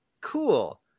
cool